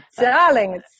darling